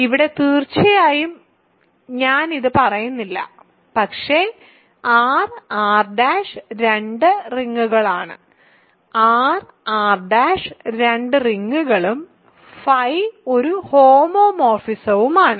ഇവിടെ തീർച്ചയായും ഞാൻ ഇത് പറയുന്നില്ല പക്ഷേ R R' രണ്ട് റിങ്ങുകളാണ് R R' രണ്ട് റിങ്ങുകളും φ ഒരു ഹോമോമോർഫിസവുമാണ്